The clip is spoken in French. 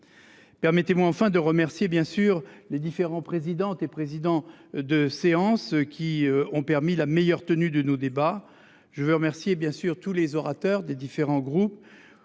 permettez-moi enfin de remercier bien sûr les différents présidente et président de séance qui ont permis la meilleure tenue de nos débats. Je veux remercier bien sûr tous les orateurs des différents groupes